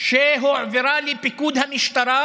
שהועברה לפיקוד המשטרה